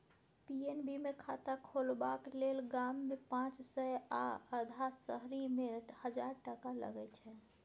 PNB मे खाता खोलबाक लेल गाममे पाँच सय आ अधहा शहरीमे हजार टका लगै छै